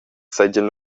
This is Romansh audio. seigien